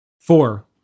four